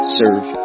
serve